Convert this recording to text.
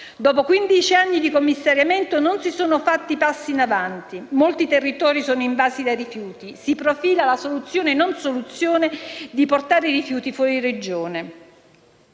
Dopo quindici anni di commissariamento non si sono fatti passi in avanti; molti territori sono invasi dai rifiuti e si profila la soluzione non soluzione di portarli fuori Regione.